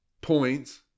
points